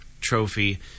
trophy